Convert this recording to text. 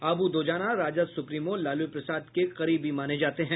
अब्र दोजाना राजद सुप्रीमो लालू प्रसाद के करीबी माने जाते हैं